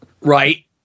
Right